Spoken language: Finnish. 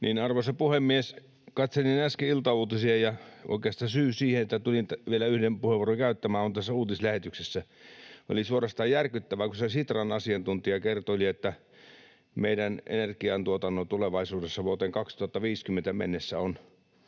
Arvoisa puhemies! Katselin äsken iltauutisia, ja oikeastaan syy siihen, että tulin vielä yhden puheenvuoron käyttämään, on tässä uutislähetyksessä. Oli suorastaan järkyttävää, kun siinä Sitran asiantuntija kertoili, että meidän energiantuotanto tulevaisuudessa, vuoteen 2050 mennessä, on